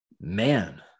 Man